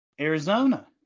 Arizona